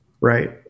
right